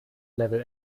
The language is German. level